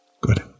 Good